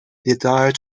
desire